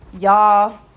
Y'all